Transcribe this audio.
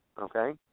Okay